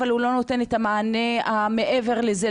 אבל הוא לא נותן את המענה שמעבר לזה,